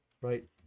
right